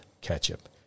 ketchup